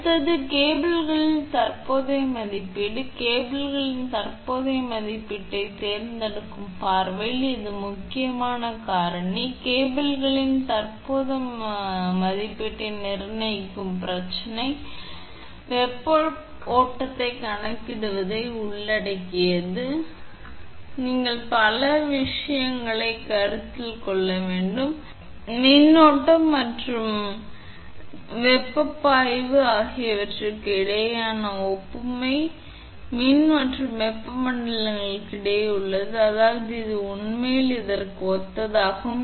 அடுத்தது கேபிள்களின் தற்போதைய மதிப்பீடு கேபிள்களின் தற்போதைய மதிப்பீட்டைத் தேர்ந்தெடுக்கும் பார்வையில் இது மிக முக்கியமான காரணி கேபிள்களின் தற்போதைய மதிப்பீட்டை நிர்ணயிக்கும் பிரச்சனை வெப்ப ஓட்டத்தை கணக்கிடுவதை உள்ளடக்கியது நீங்கள் பல விஷயங்களை கருத்தில் கொள்ள வேண்டும் மின்னோட்டம் மற்றும் வெப்பப் பாய்வு ஆகியவற்றுக்கு இடையேயான ஒப்புமை மின் மற்றும் வெப்ப மண்டலங்களுக்கு இடையே உள்ளது அதாவது இது உண்மையில் இதற்கு ஒத்ததாகும்